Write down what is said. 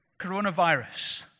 coronavirus